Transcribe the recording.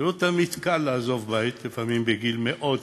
זה לא תמיד קל לעזוב בית, לפעמים בגיל מאוד צעיר,